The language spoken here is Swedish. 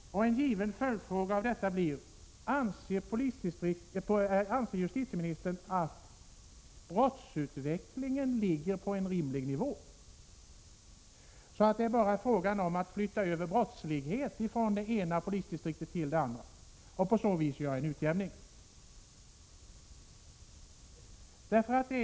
En given följdfråga är: Anser justitieministern att brottsutvecklingen ligger på en rimlig nivå, så att det bara är fråga om att flytta över brottslighet från det ena polisdistriktet till det andra och på så vis göra en utjämning?